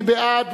מי בעד?